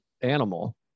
animal